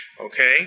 Okay